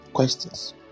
questions